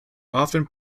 often